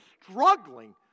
struggling